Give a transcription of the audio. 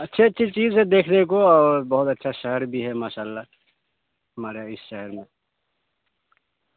اچھی اچھی چیز ہے دیکھنے کو اور بہت اچھا شہر بھی ہے ماشاء اللہ ہمارے اس شہر میں